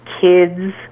kids